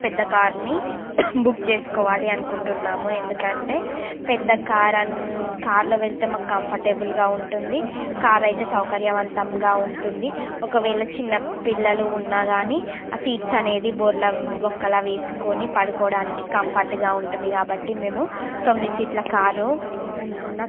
పెద్ద కార్ని బుక్ చేసుకోవాలి అనుకుంటున్నాము ఎందుకంటే పెద్ద కార్ కార్లో వెళ్తే మాకు కంఫర్టబుల్గా ఉంటుంది కార్ అయితే సౌకర్యవంతంగా ఉంటుంది ఒకవేళ చిన్న పిల్లలు ఉన్నాకానీ ఆ సీట్స్ అనేది బోర్లబొక్కల వేసుకొని పడుకోవడానికి కంఫర్ట్గా ఉంటుంది కాబట్టి మేము తొమ్మిది సీట్ల కారు ఉన్న కార్ని